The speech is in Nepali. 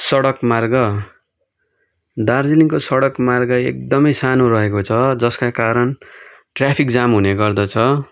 सडक मार्ग दार्जिलिङको सडक मार्ग एकदमै सानो रहेको छ जसका कारण ट्रयाफिक जाम हुने गर्दछ